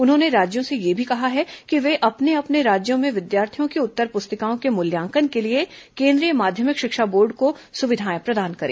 उन्होंने राज्यों से यह भी कहा कि वे अपने अपने राज्यों में विद्यार्थियों की उत्तर पुस्तिकाओं के मूल्यांकन के लिए केंद्रीय माध्यमिक शिक्षा बोर्ड को सुविधाएं प्रदान करें